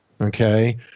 okay